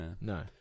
No